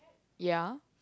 ya